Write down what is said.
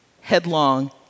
headlong